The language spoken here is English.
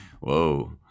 Whoa